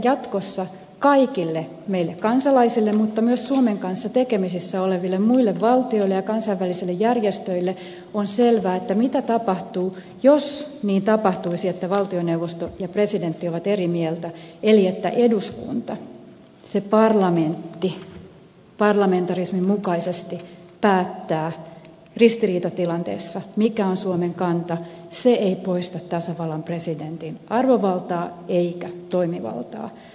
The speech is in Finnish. jatkossa kaikille meille kansalaisille mutta myös suomen kanssa tekemisissä oleville muille valtioille ja kansainvälisille järjestöille on selvää mitä tapahtuu jos valtioneuvosto ja presidentti ovat eri mieltä eli että eduskunta se parlamentti parlamentarismin mukaisesti päättää ristiriitatilanteissa mikä on suomen kanta mutta se ei poista tasavallan presidentin arvovaltaa eikä toimivaltaa